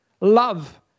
love